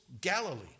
Galilee